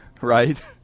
right